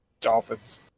Dolphins